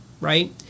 right